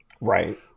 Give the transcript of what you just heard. right